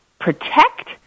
protect